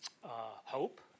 hope